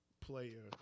player